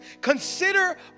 Consider